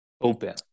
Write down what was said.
open